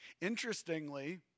Interestingly